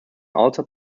altar